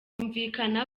byumvikana